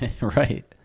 Right